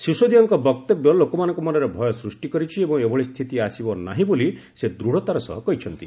ସିଶୋଦିଆଙ୍କ ବକ୍ତବ୍ୟ ଲୋକମାନଙ୍କ ମନରେ ଭୟ ସୃଷ୍ଟି କରିଛି ଏବଂ ଏଭଳି ସ୍ଥିତି ଆସିବ ନାହିଁ ବୋଲି ଦୃଢ଼ତାର ସହ କହିଛନ୍ତି